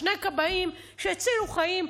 שני כבאים שהצילו חיים,